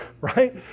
right